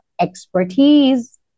expertise